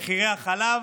מחירי החלב,